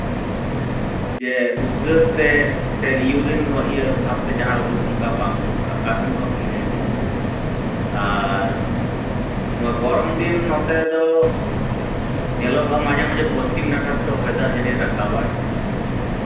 ᱡᱮ ᱩᱫᱽᱜᱟᱹᱨ ᱛᱮ ᱥᱮ ᱤᱭᱩᱨᱤᱱ ᱵᱷᱟᱵᱛᱮ ᱡᱟᱦᱟᱸ ᱩᱰᱩᱠ ᱚᱱᱠᱟ ᱵᱟᱝ ᱩᱰᱩᱠᱚᱜᱼᱟ ᱠᱟᱨᱚᱱ ᱫᱚ ᱤᱱᱟᱹᱜᱮ ᱟᱨ ᱱᱚᱣᱟ ᱜᱚᱨᱚᱢ ᱫᱤᱱ ᱱᱚᱛᱮ ᱫᱚ ᱧᱮᱞᱚᱜᱚᱜᱼᱟ ᱢᱟᱡᱷᱮ ᱢᱟᱡᱷᱮ ᱯᱚᱪᱷᱤᱢ ᱱᱟᱠᱷᱟ ᱦᱚᱭ ᱫᱟᱜ ᱡᱟᱹᱲᱤ ᱨᱟᱠᱟᱵᱟᱭ